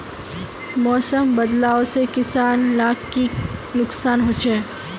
मौसम बदलाव से किसान लाक की नुकसान होचे?